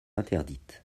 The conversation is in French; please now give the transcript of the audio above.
interdite